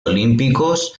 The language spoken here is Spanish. olímpicos